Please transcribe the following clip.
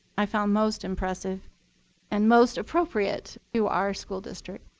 i found most impressive and most appropriate to our school district.